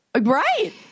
Right